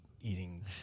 eating